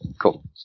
cool